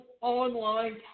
online